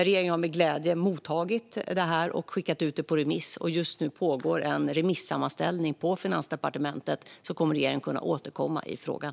Regeringen har med glädje mottagit förslaget och skickat ut det på remiss, och just nu pågår en remissammanställning på Finansdepartementet. Regeringen återkommer därefter i frågan.